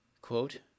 Quote